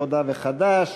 העבודה וחד"ש.